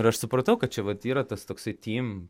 ir aš supratau kad čia vat yra tas toksai tym